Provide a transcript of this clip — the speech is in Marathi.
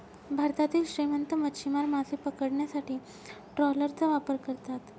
भारतातील श्रीमंत मच्छीमार मासे पकडण्यासाठी ट्रॉलरचा वापर करतात